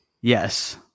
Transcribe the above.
Yes